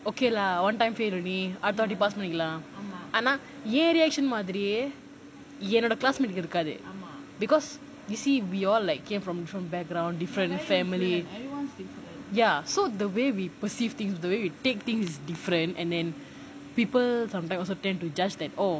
okay lah one time fail only அடுத்த வாட்டி:adutha vaati pass பண்ணிக்கலாம் ஆனா ஏன்:pannikalaam aanaa yaen reaction மாரியே ஏன்:maariyae yaen classmate இருக்காது:irukaathu because you see we all like came from different background different families ya so the way we perceive things the way we take things is different and then people sometimes also tend to judge like oh